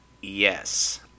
Yes